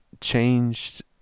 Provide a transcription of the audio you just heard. changed